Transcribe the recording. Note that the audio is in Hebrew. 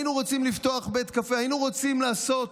היינו רוצים לפתוח בית קפה, היינו רוצים לעשות,